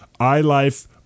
iLife